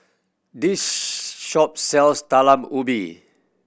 this shop sells Talam Ubi